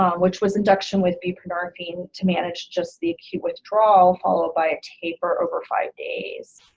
um which was induction with buprenorphine to manage just the acute withdrawal followed by a taper over five days.